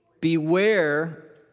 Beware